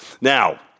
Now